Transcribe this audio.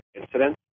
incidents